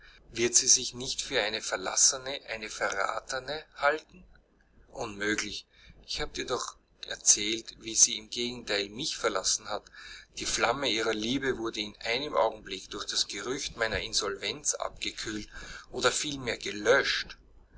wird sie sich nicht für eine verlassene eine verratene halten unmöglich ich habe dir doch erzählt wie sie im gegenteil mich verlassen hat die flamme ihrer liebe wurde in einem augenblick durch das gerücht meiner insolvenz abgekühlt oder vielmehr gelöscht